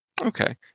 Okay